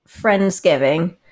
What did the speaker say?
friendsgiving